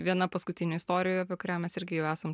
viena paskutinių istorijų apie kurią mes irgi jau esam